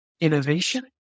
innovation